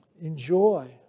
enjoy